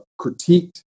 critiqued